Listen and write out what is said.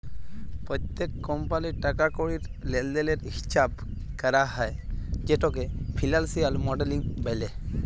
প্যত্তেক কমপালির টাকা কড়ির লেলদেলের হিচাব ক্যরা হ্যয় যেটকে ফিলালসিয়াল মডেলিং ব্যলে